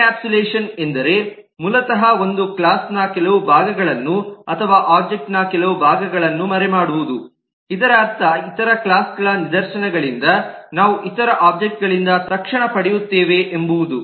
encapsulation ಎಂದರೆ ಮೂಲತಃ ಒಂದು ಕ್ಲಾಸ್ ನ ಕೆಲವು ಭಾಗಗಳನ್ನು ಅಥವಾ ಒಬ್ಜೆಕ್ಟ್ ನ ಕೆಲವು ಭಾಗಗಳನ್ನು ಮರೆಮಾಡುವುದು ಇದರರ್ಥ ಇತರ ಕ್ಲಾಸ್ ಗಳ ನಿದರ್ಶನಗಳಿಂದ ನಾವು ಇತರ ಒಬ್ಜೆಕ್ಟ್ ಗಳಿಂದ ತಕ್ಷಣ ಪಡೆಯುತ್ತೇವೆ ಎಂಬುವುದು